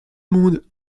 monde